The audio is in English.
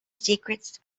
secrets